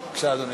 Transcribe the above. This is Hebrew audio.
בבקשה, אדוני.